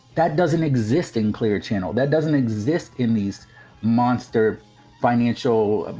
that doesn't exist in clear channel, that doesn't exist in these monster financial,